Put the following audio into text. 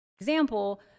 Example